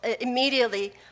immediately